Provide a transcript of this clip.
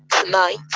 tonight